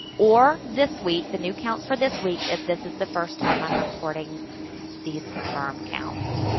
or this week, the new counts for this week, if this is the first time i'm reporting these confirmed counts.